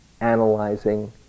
analyzing